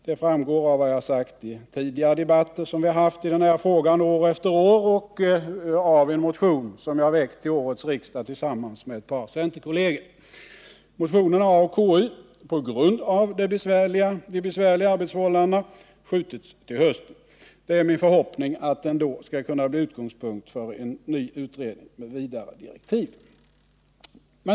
Det framgår av vad jag har sagt i tidigare debatter som vi år efter år har haft i denna fråga och av en motion som jag tillsammans med ett par centerkollegor har väckt till årets riksmöte. Motionen har av konstitutionsutskottet — på grund av de besvärliga arbetsförhållandena — skjutits till hösten. Det är min förhoppning att den då skall kunna bli utgångspunkt för en ny utredning med vidare direktiv.